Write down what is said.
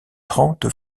trente